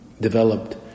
developed